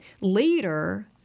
later